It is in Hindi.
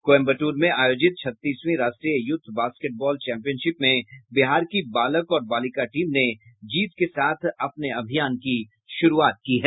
कोयम्बटूर में आयोजित छत्तीसवीं राष्ट्रीय यूथ बास्केटबाल चैम्पियनशिप में बिहार की बालक और बालिका टीम ने जीत के साथ अपने अभियान की शुरूआत की है